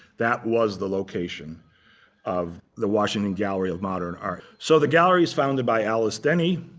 that was the location of the washington gallery of modern art. so the gallery was founded by alice denny,